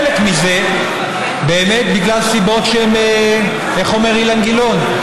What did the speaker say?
חלק מזה באמת בגלל סיבות, איך אומר אילן גילאון?